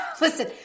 Listen